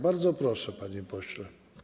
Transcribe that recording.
Bardzo proszę, panie pośle.